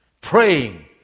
Praying